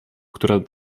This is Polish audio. która